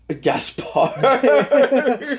Gaspar